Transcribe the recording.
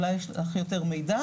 אולי לך יש יותר מידע,